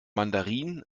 mandarin